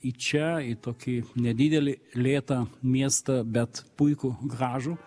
į čia į tokį nedidelį lėtą miestą bet puikų gražų